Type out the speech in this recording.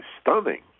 stunning